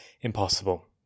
impossible